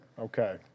Okay